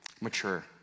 mature